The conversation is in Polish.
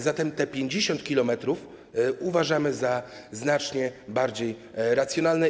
Zatem te 50 km uważamy za znacznie bardziej racjonalne.